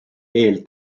eel